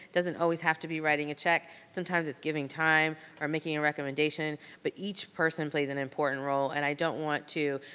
doesn't always have to be writing a check. sometimes it's giving time or making a recommendation, but each person plays an important role, and i don't want to,